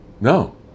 No